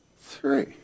three